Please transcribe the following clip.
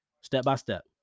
Step-by-step